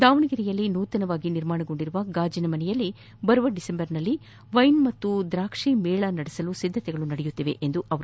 ದಾವಣಗೆರೆಯಲ್ಲಿ ನೂತನವಾಗಿ ನಿರ್ಮಾಣಗೊಂಡಿರುವ ಗಾಜಿನ ಮನೆಯಲ್ಲಿ ಬರುವ ಡಿಸೆಂಬರ್ನಲ್ಲಿ ವೈನ್ ಮತ್ತು ದಾಕ್ಷಿ ಮೇಳ ನಡೆಸಲು ಸಿದ್ದತೆಗಳು ನಡೆಯುತ್ತಿವೆ ಎಂದರು